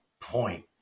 point